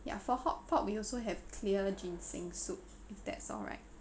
ya for hotpot we also have clear ginseng soup if that's alright